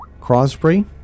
*Crosby*